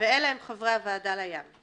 ואלה הם חברי הוועדה לים: